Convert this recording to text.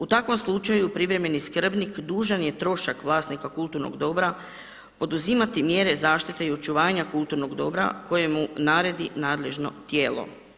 U takvom slučaju privremeni skrbnik dužan je trošak vlasnika kulturnog dobra poduzimati mjere zaštite i očuvanja kulturnog dobra koje mu naredi nadležno tijelo.